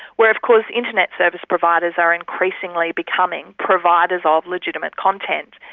where of course internet service providers are increasingly becoming providers ah of legitimate content.